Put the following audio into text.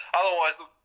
otherwise